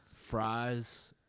Fries